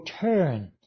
turn